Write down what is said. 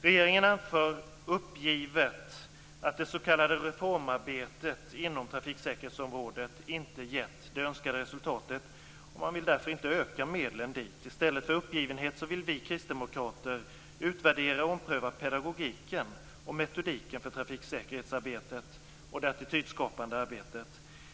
Regeringen anför uppgivet att det s.k. reformarbetet inom trafiksäkerhetsområdet inte gett det önskade resultatet, och man vill därför inte öka medlen dit. I stället för att vara uppgivna vill vi kristdemokrater utvärdera och ompröva pedagogiken och metodiken för trafiksäkerhetsarbetet och det attitydskapande arbetet.